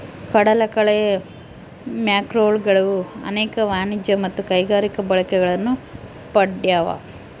ಕಡಲಕಳೆ ಮ್ಯಾಕ್ರೋಲ್ಗೆಗಳು ಅನೇಕ ವಾಣಿಜ್ಯ ಮತ್ತು ಕೈಗಾರಿಕಾ ಬಳಕೆಗಳನ್ನು ಪಡ್ದವ